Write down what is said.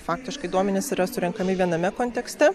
faktiškai duomenys yra surenkami viename kontekste